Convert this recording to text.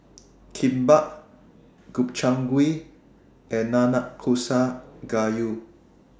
Kimbap Gobchang Gui and Nanakusa Gayu